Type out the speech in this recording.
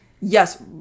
yes